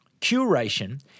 curation